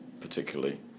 particularly